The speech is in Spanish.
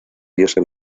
diosa